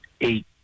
eight